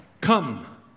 come